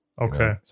Okay